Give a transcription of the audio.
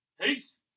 Peace